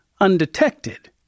undetected